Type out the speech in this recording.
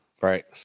Right